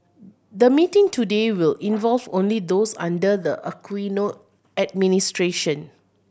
the meeting today will involve only those under the Aquino administration